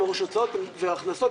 וההכנסות,